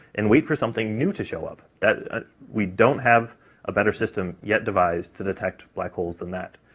and wait for something new to show up. that we don't have a better system yet devised to detect black holes than that.